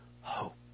hope